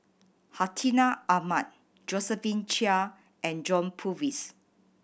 Hartinah Ahmad Josephine Chia and John Purvis